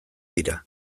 dira